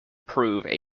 prove